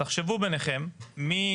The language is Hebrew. תחשבו ביניכם מי